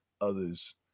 others